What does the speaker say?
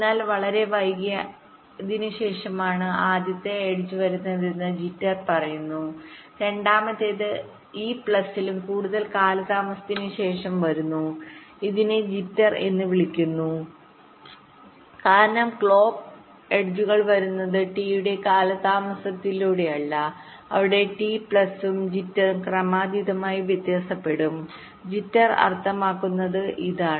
എന്നാൽ വളരെ വൈകിയതിന് ശേഷമാണ് ആദ്യത്തെ എഡ്ജ് വരുന്നതെന്ന് ജിറ്റർ പറയുന്നു രണ്ടാമത്തേത് ഈ പ്ലസ് ഇതിലും കൂടുതൽ കാലതാമസത്തിന് ശേഷം വരുന്നു ഇതിനെ ജിറ്റർ എന്ന് വിളിക്കുന്നു കാരണം ക്ലോക്ക് എഡ്ജുകൾ വരുന്നത് ടി യുടെ കാലതാമസത്തോടെയല്ല അവിടെ ടി പ്ലസും ജിറ്ററും ക്രമരഹിതമായി വ്യത്യാസപ്പെടാം ജിറ്റർ അർത്ഥമാക്കുന്നത് ഇതാണ്